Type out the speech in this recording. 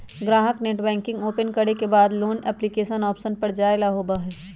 ग्राहक netbanking open करे के बाद लोन एप्लीकेशन ऑप्शन पर जाय ला होबा हई